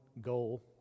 goal